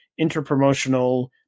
interpromotional